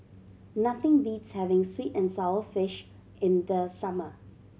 nothing beats having sweet and sour fish in the summer